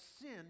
sin